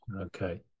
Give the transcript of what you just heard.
Okay